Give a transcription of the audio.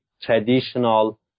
traditional